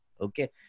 Okay